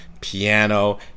piano